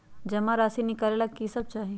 जमा राशि नकालेला कि सब चाहि?